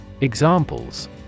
Examples